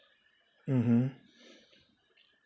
mmhmm